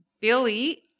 Billy